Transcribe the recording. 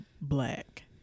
black